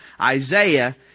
Isaiah